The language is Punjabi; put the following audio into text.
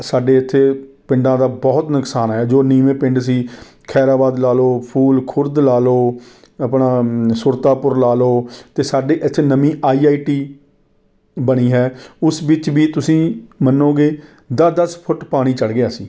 ਸਾਡੇ ਇੱਥੇ ਪਿੰਡਾਂ ਦਾ ਬਹੁਤ ਨੁਕਸਾਨ ਹੋਇਆ ਜੋ ਨੀਂਵੇ ਪਿੰਡ ਸੀ ਖਹਿਰਾਬਾਦ ਲਾ ਲਉ ਫੂਲ ਖੁਰਦ ਲਾ ਲਉ ਆਪਣਾ ਸੁਰਤਾਪੁਰ ਲਾ ਲਉ ਅਤੇ ਸਾਡੀ ਇੱਥੇ ਨਵੀਂ ਆਈ ਆਈ ਟੀ ਬਣੀ ਹੈ ਉਸ ਵਿੱਚ ਵੀ ਤੁਸੀਂ ਮੰਨੋਗੇ ਦਸ ਦਸ ਫੁੱਟ ਪਾਣੀ ਚੜ੍ਹ ਗਿਆ ਸੀ